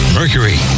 mercury